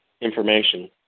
information